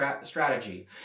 strategy